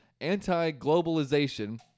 anti-globalization